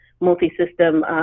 Multi-system